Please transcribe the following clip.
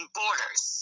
borders